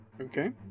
Okay